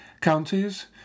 counties